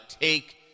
take